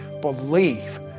Believe